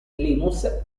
linus